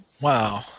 Wow